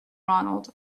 ronald